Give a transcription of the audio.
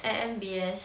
at M_B_S